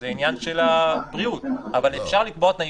זה עניין של הבריאות, אבל אפשר לקבוע תנאים.